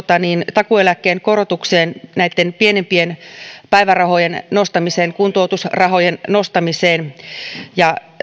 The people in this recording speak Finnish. takuueläkkeen korotukseen näitten pienempien päivärahojen nostamiseen kuntoutusrahojen nostamiseen ja